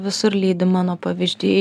visur lydi mano pavyzdžiai